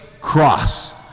cross